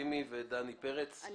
סימי ודני פרץ, בבקשה.